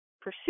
pursue